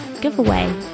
giveaway